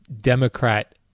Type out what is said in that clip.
Democrat